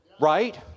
Right